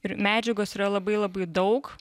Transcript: ir medžiagos yra labai labai daug